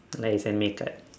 like he send me card